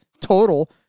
total